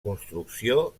construcció